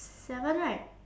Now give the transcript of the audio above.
seven right